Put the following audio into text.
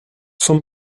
sans